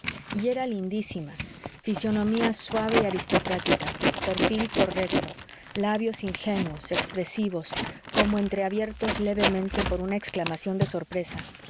y era lindísima fisonomía suave y aristocrática perfil correcto labios ingenuos expresivos como entreabiertos levemente por una exclamación de sorpresa